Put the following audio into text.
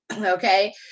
Okay